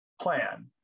plan